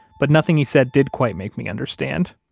but nothing he said did quite make me understand.